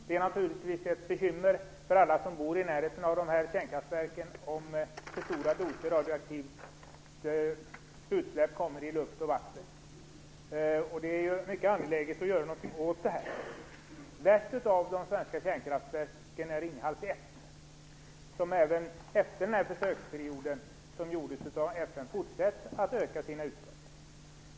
Det är naturligtvis ett bekymmer för alla som bor i närheten av dessa kärnkraftverk om för stora doser radioaktiva utsläpp kommer ut i luft och vatten, och det är mycket angeläget att göra någonting åt det här. Värst av de svenska kärnkraftverken är Ringhals 1, som även efter de undersökningar som gjorts av FN har fortsatt att öka sina utsläpp.